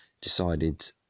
decided